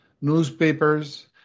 newspapers